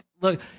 look